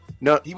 No